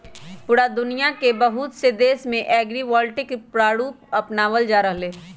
पूरा दुनिया के बहुत से देश में एग्रिवोल्टिक प्रारूप अपनावल जा रहले है